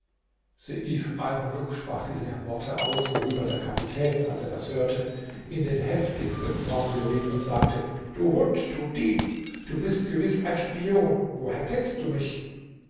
sprach diese worte aus worüber der kapitän als er das hörte in den heftigsten zorn geriet und sagte du hund du dieb du bist gewiß ein spion woher kennst du mich